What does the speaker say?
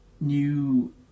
new